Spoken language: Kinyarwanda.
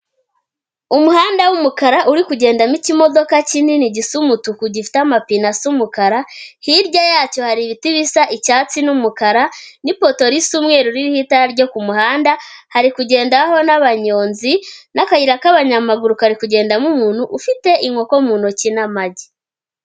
Umuhanda w'umukara uri kugendamo ikimodoka kinini gisa umutuku gifite amapine asa umukara, hirya yacyo hari ibiti bisa icyatsi n'umukara, n'ipoto risa umweru ririho itara ryo ku muhanda hari kugendaho n'abanyonzi n'akayira k'abanyamaguru kari kugendamo umuntu ufite inkoko mu ntoki n'amagi.